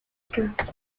strokes